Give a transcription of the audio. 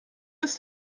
ist